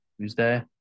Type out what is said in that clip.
tuesday